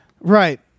Right